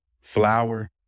flour